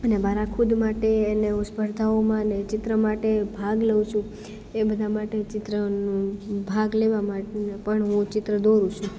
અને મારા ખુદ માટેને હું સ્પર્ધાઓમાં અને ચિત્ર માટે ભાગ લઉં છું એ બધા માટે ચિત્રનું ભાગ લેવા માટેના પણ હું ચિત્ર દોરું છું